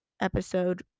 episode